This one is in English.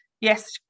yes